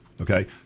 okay